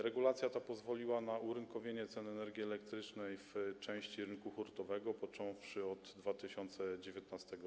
Regulacja ta pozwoliła na urynkowienie cen energii elektrycznej w części rynku hurtowego począwszy od roku 2019.